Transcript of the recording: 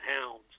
hounds